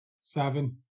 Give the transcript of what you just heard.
seven